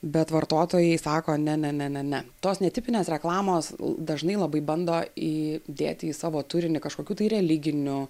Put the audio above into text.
bet vartotojai sako ne ne ne ne ne tos netipinės reklamos dažnai labai bando į dėti į savo turinį kažkokių tai religinių